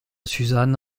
suzanne